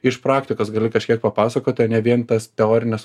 iš praktikos gali kažkiek papasakoti o ne vien tas teorines